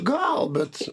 gal bet